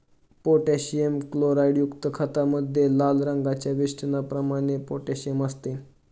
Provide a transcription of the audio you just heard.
potassium क्लोराईडयुक्त खतामध्ये लाल रंगाच्या वेष्टनाप्रमाणे पोटॅशियम असते